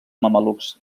mamelucs